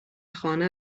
خانه